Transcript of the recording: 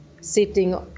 sitting